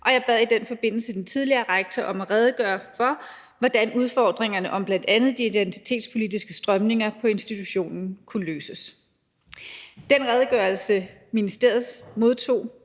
Jeg bad i den forbindelse den tidligere rektor om at redegøre for, hvordan udfordringerne med bl.a. de identitetspolitiske strømninger på institutionen kunne løses. Den redegørelse, ministeriet modtog,